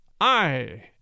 I